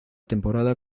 temporada